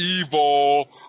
evil